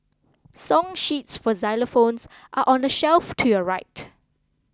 song sheets for xylophones are on the shelf to your right